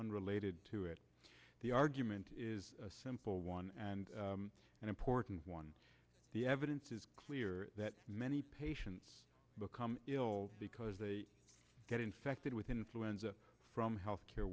unrelated to it the argument is a simple one and an important one the evidence is clear that many patients become ill because they get infected with influenza from health care